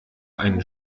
einen